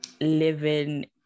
living